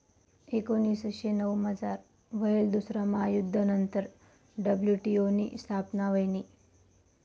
एकोनीसशे नऊमझार व्हयेल दुसरा महायुध्द नंतर डब्ल्यू.टी.ओ नी स्थापना व्हयनी